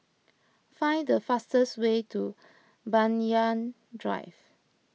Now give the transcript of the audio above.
find the fastest way to Banyan Drive